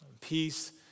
peace